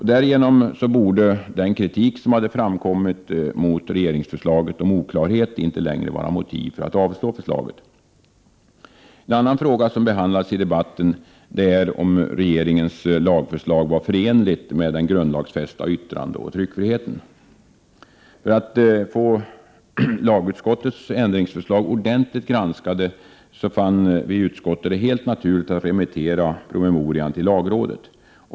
Därigenom borde den kritik som framkom mot regeringsförslaget för dess oklarhet inte utgöra ett motiv för avslag på lagförslaget. En annan sak som har behandlats i debatten är frågan huruvida regeringens lagförslag var förenligt med den grundlagsfästa yttrandeoch tryckfriheten. För att få lagutskottets ändringsförslag ordentligt granskade fann vi i lagutskottet att det var helt naturligt att remittera promemorian till lagrådet.